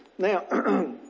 Now